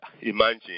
Imagine